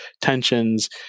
tensions